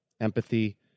empathy